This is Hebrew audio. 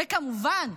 וכמובן,